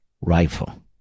rifle